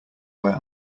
where